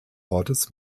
ortes